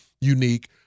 unique